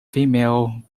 female